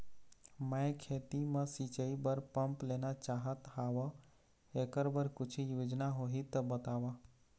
मैं खेती म सिचाई बर पंप लेना चाहत हाव, एकर बर कुछू योजना होही त बताव?